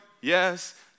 yes